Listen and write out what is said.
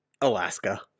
Alaska